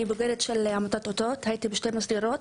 אני בוגרת של עמותת ׳אותות׳, הייתי בשתי מסגרות.